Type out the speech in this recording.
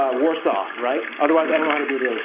warsaw, right? otherwise i don't know how to do the others.